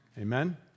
Amen